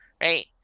right